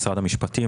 משרד המשפטים,